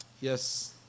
Yes